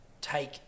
take